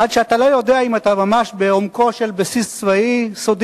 עד שאתה לא יודע אם אתה ממש בעומקו של בסיס צבאי סודי